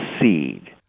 seed